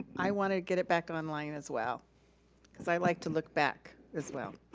i wanna get it back online as well because i like to look back as well.